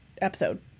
episode